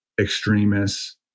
extremists